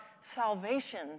salvation